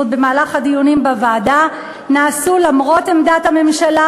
במהלך הדיונים בוועדה נעשו למרות עמדת הממשלה,